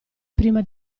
prima